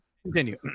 Continue